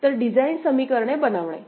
तर डिझाइन समीकरणे मिळविणे